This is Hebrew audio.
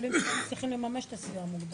למה?